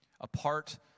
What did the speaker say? Apart